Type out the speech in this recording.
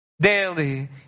daily